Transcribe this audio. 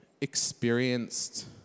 experienced